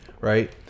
right